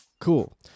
cool